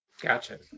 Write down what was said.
Gotcha